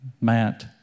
Matt